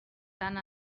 tant